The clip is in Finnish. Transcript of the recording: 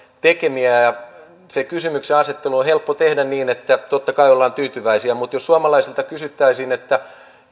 tekemiä ja se kysymyksen asettelu on helppo tehdä niin että totta kai ollaan tyytyväisiä mutta jos suomalaisilta kysyttäisiin että